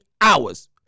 hours